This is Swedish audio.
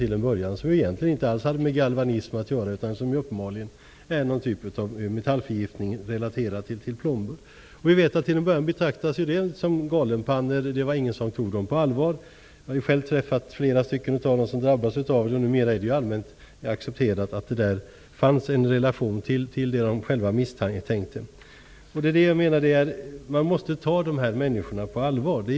Det hade egentligen inte alls med galvanism att göra, utan är uppenbarligen någon typ av metallförgiftning relaterad till plomber. Vi vet att de som drabbats av detta till en början betraktades som galenpannor. Ingen tog dem på allvar. Jag har själv träffat flera av dem som drabbats. Numera är det allmänt accepterat att det, vilket de själva misstänkte, finns en relation mellan besvär och plomber. Man måste ta dessa människor på allvar.